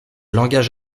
langage